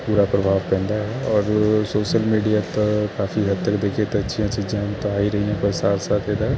ਬੁਰਾ ਪ੍ਰਭਾਵ ਪੈਂਦਾ ਔਰ ਸੋਸ਼ਲ ਮੀਡੀਆ 'ਤੇ ਕਾਫੀ ਹੱਦ ਤੱਕ ਦੇਖੀਏ ਤਾਂ ਅੱਛੀਆਂ ਚੀਜ਼ਾਂ ਤਾਂ ਆ ਹੀ ਰਹੀਆਂ ਪਰ ਸਾਥ ਸਾਥ ਇਹਦਾ